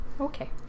Okay